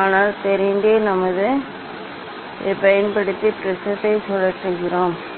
ஆனால் தெரிந்தே நாம் இதைப் பயன்படுத்தி ப்ரிஸத்தை சுழற்றுகிறோம் இதைப் பயன்படுத்தி நான் நினைக்கிறேன் ஆம்